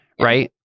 right